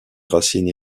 racines